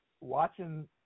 watching